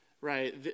right